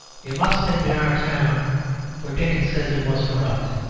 it must have been our town for dickens says it was corrupt,